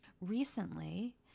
recently